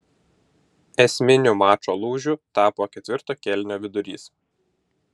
esminiu mačo lūžiu tapo ketvirto kėlinio vidurys